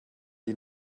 die